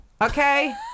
Okay